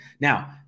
Now